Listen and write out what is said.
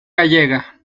gallega